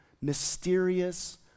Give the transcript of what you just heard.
mysterious